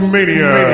Mania